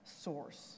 source